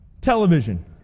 Television